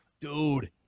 dude